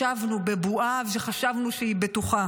ישבנו בבועה וחשבנו שהיא בטוחה,